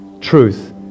truth